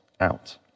out